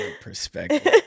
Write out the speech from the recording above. perspective